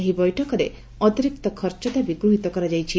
ଏହି ବୈଠକରେ ଅତିରିକ୍ତ ଖର୍ଚ ଦାବି ଗୃହୀତ କରାଯାଇଛି